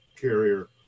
carrier